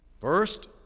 First